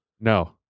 No